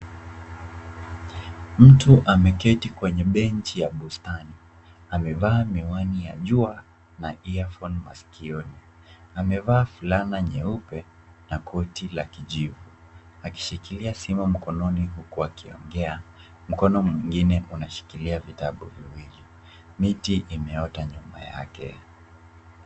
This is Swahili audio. Mtu ameketi kwenye benchi ya bustani. Amevaa miwani ya jua na earphone masikioni. Amevaa fulana nyeupe na koti la kijivu. Akishikilia simu mkononi huku akiongea, mkono mwingine unashikilia vitabu viwili. Miti imeota nyuma yake.